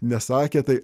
nesakė tai